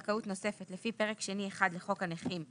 לזכאות נוספת לפי פרק שני1; לחוק הנכים,